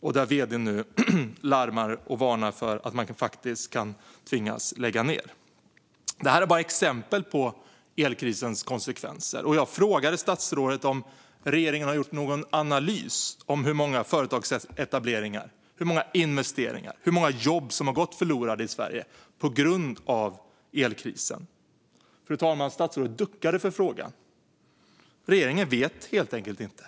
Vd:n där larmar nu och varnar för att man faktiskt kan tvingas att lägga ned. Det här är bara några exempel på elkrisens konsekvenser. Jag frågade statsrådet om regeringen har gjort någon analys av hur många företagsetableringar, investeringar och jobb som har gått förlorade i Sverige på grund av elkrisen. Statsrådet duckade för frågan, fru talman. Regeringen vet helt enkelt inte.